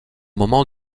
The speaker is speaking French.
moment